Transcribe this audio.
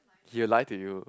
he has lie to you